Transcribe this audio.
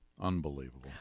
Unbelievable